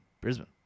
Brisbane